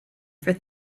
for